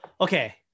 Okay